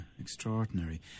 extraordinary